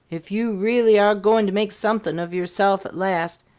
if you reely are going to make somepin of yourself at last,